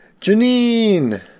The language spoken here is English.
Janine